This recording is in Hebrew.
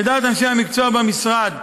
לדעת אנשי המקצוע במשרד,